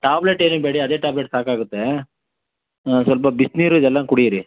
tablet ಏನಕ್ಕೆ ಬೇಡ ಅದೇ ಟ್ಯಾಬ್ಲೆಟ್ ಸಾಕಾಗುತ್ತೆ ಸ್ವಲ್ಪ ಬಿಸಿನೀರು ಇದೆಲ್ಲ ಕುಡೀರಿ